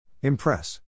Impress